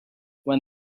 when